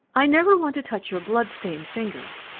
i never want to touch your bloodstained fingers!